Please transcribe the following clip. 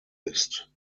ist